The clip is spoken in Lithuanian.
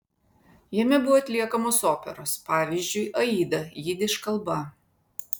jame buvo atliekamos operos pavyzdžiui aida jidiš kalba